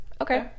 Okay